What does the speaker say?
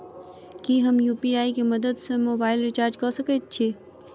की हम यु.पी.आई केँ मदद सँ मोबाइल रीचार्ज कऽ सकैत छी?